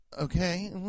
okay